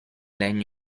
legno